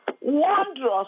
wondrous